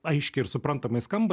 aiškiai ir suprantamai skamba